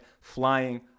Flying